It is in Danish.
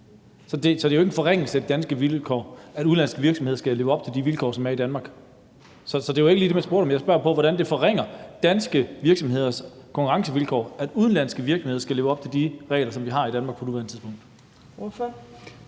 Så det er jo ikke en forringelse af de danske vilkår, at udenlandske virksomheder skal leve op til de vilkår, som er i Danmark. Så det var jo ikke lige det, som jeg spurgte om. Men jeg spørger om, hvordan det forringer danske virksomheders konkurrencevilkår, at udenlandske virksomheder skal leve op til de regler, som vi har i Danmark på nuværende tidspunkt.